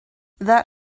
that